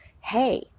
hey